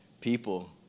people